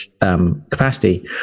capacity